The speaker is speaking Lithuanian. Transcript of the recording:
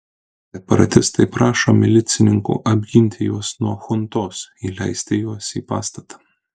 separatistai prašo milicininkų apginti juos nuo chuntos įleisti juos į pastatą